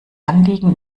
anliegen